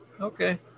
Okay